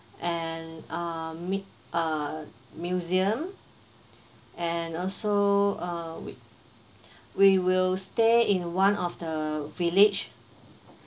and uh meet uh museum and also uh we we will stay in one of the village